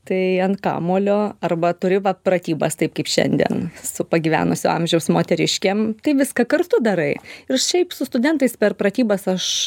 tai ant kamuolio arba turi vat pratybas taip kaip šiandien su pagyvenusio amžiaus moteriškėm tai viską kartu darai ir šiaip su studentais per pratybas aš